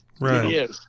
Right